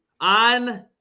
on